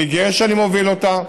אני גאה שאני מוביל אותה,